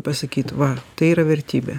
pasakyt va tai yra vertybė